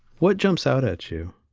what jumps out at you?